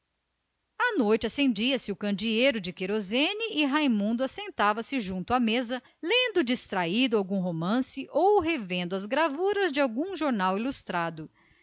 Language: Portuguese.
à noite acendia se o candeeiro de querosene e raimundo assentava se junto à secretária lendo distraído algum romance ou revendo as gravuras de algum jornal ilustrado